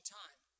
time